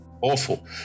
awful